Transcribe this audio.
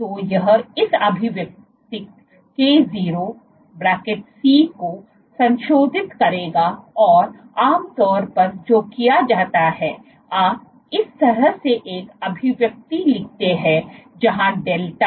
तो यह इस अभिव्यक्ति k0C को संशोधित करेगा और आमतौर पर जो किया जाता है आप इस तरह से एक अभिव्यक्ति लिखते हैं जहां डेल्टा